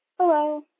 Hello